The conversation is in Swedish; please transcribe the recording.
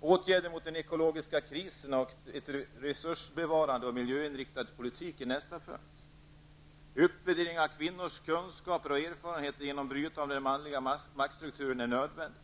Åtgärder mot den ekologiska krisen och en resursbevarande och miljöinriktad energipolitik är nästa punkt. Uppvärdering av kvinnors kunskaper och erfarenheter genom brytande av den manliga maktstrukturen är nödvändigt.